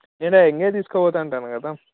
లే నిన్నే తీసుకపోతాంటాను కదా